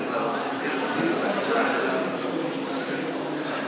הסתה לגזענות?